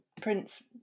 Prince